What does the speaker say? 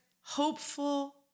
hopeful